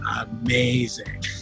amazing